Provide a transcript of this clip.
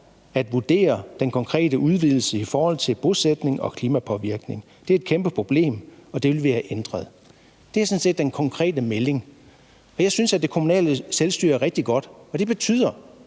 at vurdere den konkrete udvidelse i forhold til bosætning og klimapåvirkning. Det er et kæmpe problem, og det vil vi have ændret.« Det er sådan set den konkrete melding. Jeg synes, at det kommunale selvstyre er rigtig godt, og det burde